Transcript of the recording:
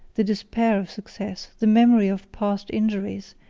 the despair of success, the memory of past injuries,